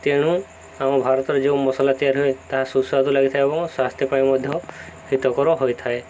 ତେଣୁ ଆମ ଭାରତରେ ଯେଉଁ ମସଲା ତିଆରି ହୁଏ ତାହା ସୁସ୍ୱାଦୁ ଲାଗିଥାଏ ଏବଂ ସ୍ୱାସ୍ଥ୍ୟ ପାଇଁ ମଧ୍ୟ ହିତକର ହୋଇଥାଏ